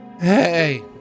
Hey